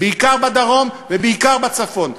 בעיקר בדרום ובעיקר בצפון,